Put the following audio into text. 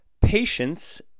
patience